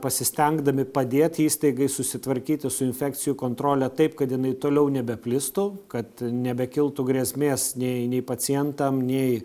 pasistengdami padėti įstaigai susitvarkyti su infekcijų kontrole taip kad jinai toliau nebeplistų kad nebekiltų grėsmės nei nei pacientam nei